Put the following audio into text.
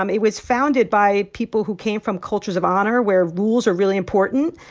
um it was founded by people who came from cultures of honor where rules are really important.